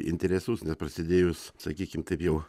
interesus neprasidėjus sakykim taip jau